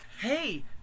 Hey